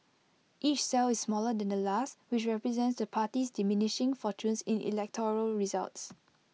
each cell is smaller than the last which represents the party's diminishing fortunes in electoral results